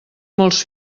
molts